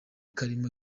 karimo